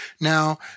Now